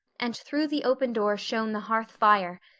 and through the open door shone the hearth fire,